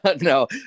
no